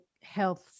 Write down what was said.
health